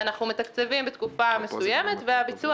אנחנו מתקצבים בתקופה מסוימת והביצוע